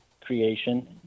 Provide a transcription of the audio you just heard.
creation